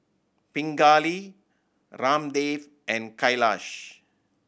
Pingali Ramdev and Kailash